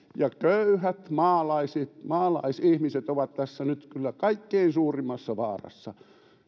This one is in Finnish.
ja köyhät maalaisihmiset maalaisihmiset ovat tässä nyt kyllä kaikkein suurimmassa vaarassa